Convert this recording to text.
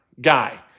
guy